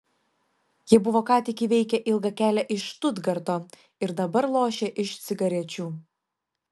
jie buvo ką tik įveikę ilgą kelią iš štutgarto ir dabar lošė iš cigarečių